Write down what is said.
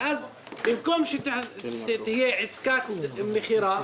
ואז במקום שתהיה עסקת מכירה,